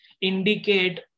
indicate